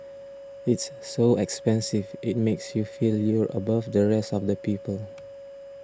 it's so expensive it makes you feel you're above the rest of the people